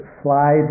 fly